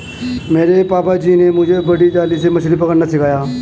मेरे पापा जी ने मुझे बड़ी जाली से मछली पकड़ना सिखाया